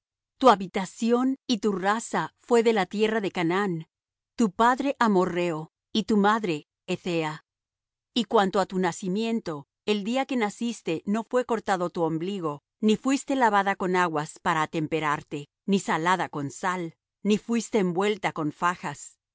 tu habitación y tu raza fué de la tierra de canaán tu padre amorrheo y tu madre hethea y cuanto á tu nacimiento el día que naciste no fué cortado tu ombligo ni fuiste lavada con aguas para atemperarte ni salada con sal ni fuiste envuelta con fajas